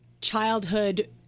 childhood